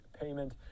payment